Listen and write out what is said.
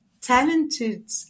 talented